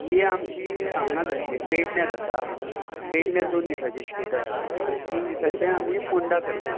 ही आमची हांगां जातली पेडण्या जाता पेडण्या दोन दिसाची शूट आसा आनी तीन दिसाचे आमी फोंडा करता